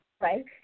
Right